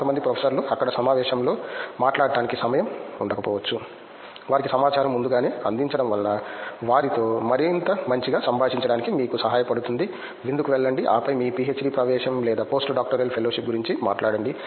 కొంతమంది ప్రొఫెసర్లు అక్కడ సమావేశంలో మాట్లాడటానికి సమయం ఉండకపోవచ్చు వారికి సమాచారం ముందుగానే అందించడం వలన వారితో మరింత మంచిగా సంభాషించడానికి మీకు సహాయపడుతుంది విందుకు వెళ్ళండి ఆపై మీ పిహెచ్డి ప్రవేశం లేదా పోస్ట్ డాక్టోరల్ ఫెలోషిప్ గురించి మాట్లాడండి